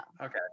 Okay